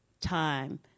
time